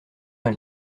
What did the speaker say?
elle